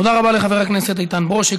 תודה רבה לחבר הכנסת איתן ברושי.